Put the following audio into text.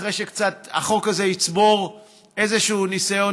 אחרי שהחוק הזה יצבור קצת ניסיון,